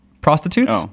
prostitutes